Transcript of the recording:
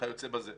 ואיכות הסביבה,